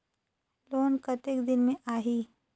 Loan कतेक दिन मे आही?